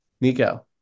nico